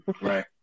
Right